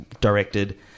directed